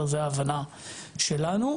זה ההבנה שלנו.